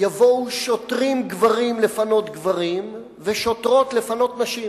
יבואו שוטרים גברים לפנות גברים ושוטרות לפנות נשים.